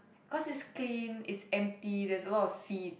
cause it's clean it's empty there's a lot of seats